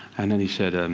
and then he said, and